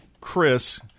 chris